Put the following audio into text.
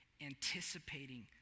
anticipating